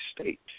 state